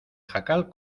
jacal